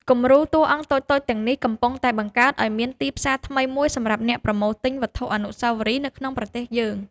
គំរូតួអង្គតូចៗទាំងនេះកំពុងតែបង្កើតឱ្យមានទីផ្សារថ្មីមួយសម្រាប់អ្នកប្រមូលទិញវត្ថុអនុស្សាវរីយ៍នៅក្នុងប្រទេសយើង។